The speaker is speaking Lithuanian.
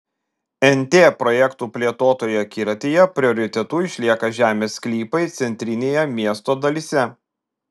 nt projektų plėtotojų akiratyje prioritetu išlieka žemės sklypai centrinėje miesto dalyse